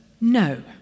no